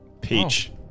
Peach